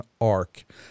arc